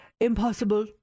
impossible